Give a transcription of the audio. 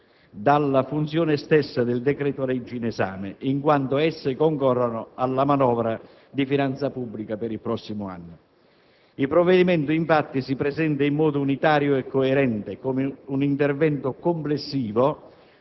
dalla funzione stessa del decreto‑legge in questione, in quanto esse concorrono alla manovra di finanza pubblica per il prossimo anno. Il provvedimento, infatti, si presenta, in modo unitario e coerente, come un intervento complessivo,